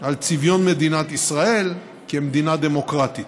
על צביון מדינת ישראל כמדינה דמוקרטית.